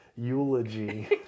Eulogy